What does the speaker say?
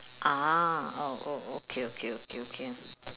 ah oh oh okay okay okay okay